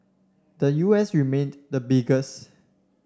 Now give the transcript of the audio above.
the U S remained the biggest